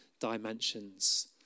dimensions